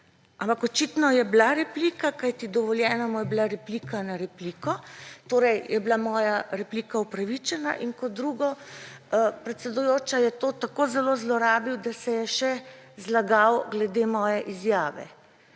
Ampak očitno je bila replika, kajti dovoljena mu je bila replika na repliko. Torej je bila moja replika upravičena. In kot drugo, predsedujoča, je to tako zelo zlorabil, da se je še zlagal glede moje izjave.